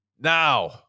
Now